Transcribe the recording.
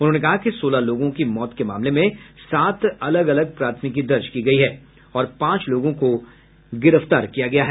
उन्होंने कहा कि सोलह लोगों की मौत के मामले में सात अलग अलग प्राथमिकी दर्ज की गयी है और पांच लोगों को गिरफ्तार किया गया है